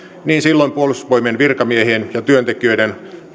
niin silloin puolustusvoimien virkamiehien ja työntekijöiden